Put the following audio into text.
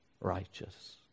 Righteous